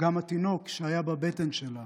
והתינוק שהיה בבטן שלה